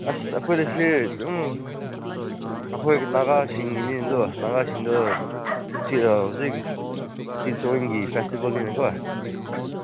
ꯑꯁ ꯑꯩꯈꯣꯏꯗꯁꯤ ꯑꯗꯨꯝ ꯑꯩꯈꯣꯏ ꯅꯒꯥ ꯁꯤꯡꯒꯤꯅꯤ ꯑꯗꯨ ꯅꯒꯥ ꯁꯤꯡꯗꯨ ꯁꯤꯗ ꯍꯧꯖꯤꯛ ꯁꯤ ꯁꯣꯝꯒꯤ ꯐꯦꯁꯇꯤꯚꯦꯜꯅꯤꯅꯀꯣ